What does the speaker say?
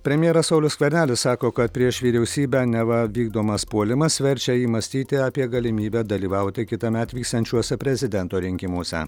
premjeras saulius skvernelis sako kad prieš vyriausybę neva vykdomas puolimas verčia jį mąstyti apie galimybę dalyvauti kitąmet vyksiančiuose prezidento rinkimuose